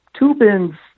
Tubin's